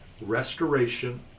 Restoration